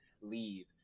leave